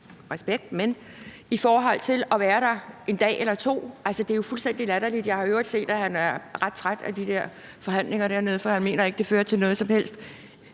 respekt – i forhold til at være der en dag eller to? Det er jo fuldstændig latterligt. Jeg har i øvrigt set, at han er ret træt af de der forhandlinger dernede, for han mener ikke, at det fører til noget som helst,